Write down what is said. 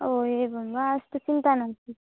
ओ एवं वा अस्तु चिन्ता नास्ति